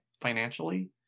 financially